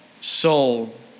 soul